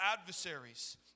adversaries